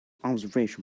observation